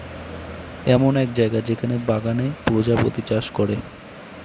এমন এক জায়গা যেখানে বাগানে প্রজাপতি চাষ করে